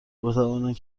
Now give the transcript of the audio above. بتوانند